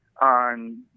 on